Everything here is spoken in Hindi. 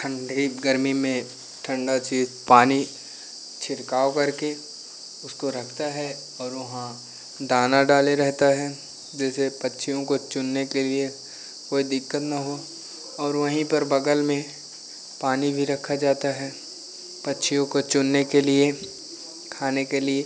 ठंडी गर्मी में ठंडी चीज़ पानी छिड़काव करके उसको रखता है और वहाँ दाना डाले रहता है जिसे पक्षियों को चुनने के लिए कोई दिक्कत न हो और वही पर बगल में पानी भी रखा जाता है पक्षियों को चुनने के लिए खाने के लिए